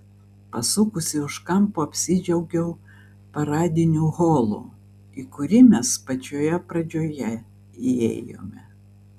pasukusi už kampo apsidžiaugiau paradiniu holu į kurį mes pačioje pradžioje įėjome